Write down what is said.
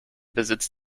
besitz